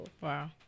wow